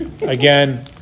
Again